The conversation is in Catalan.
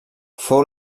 fou